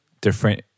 different